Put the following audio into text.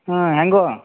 ಹ್ಞೂ ಹೇಗೋ